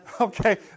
Okay